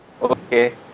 Okay